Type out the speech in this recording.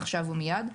עכשיו ומייד.